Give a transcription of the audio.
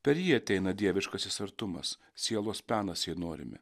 per jį ateina dieviškasis artumas sielos penas jei norime